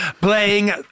playing